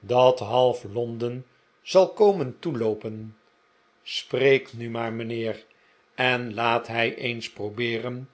dat half londen zal komen toeloopen spreek nu maar mijnheer en laat hij eens probeeren